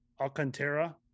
Alcantara